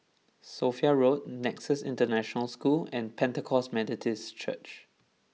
Sophia Road Nexus International School and Pentecost Methodist Church